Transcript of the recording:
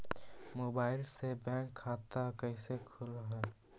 Mobile से bank खाता कैसे खुल है?